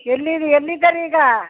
ಎಲ್ಲಿದ್ದೀ ಎಲ್ಲಿದ್ದೀರೀಗ